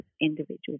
individual